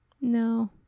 No